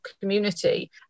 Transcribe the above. community